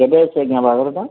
କେବେ ଅଛି ଆଜ୍ଞା ବାହାଘରଟା